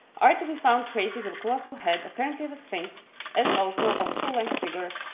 are to be found traces of a colossal head apparently of a sphinx as also of a full length figure,